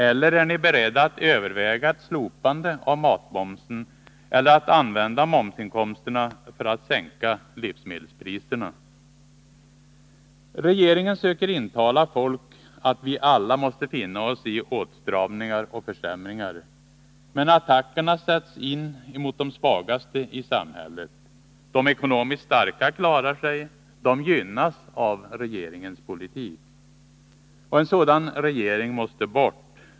Eller är ni beredda att överväga ett slopande av matmomsen eller att använda momsinkomsterna för att sänka livsmedelspriserna? Regeringen söker intala folk att vi alla måste finna oss i åtstramningar och försämringar. Men attackerna sätts in mot de svagaste i samhället. De ekonomiskt starka klarar sig, de gynnas av regeringens politik. En sådan regering måste bort!